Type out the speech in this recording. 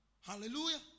Hallelujah